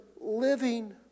living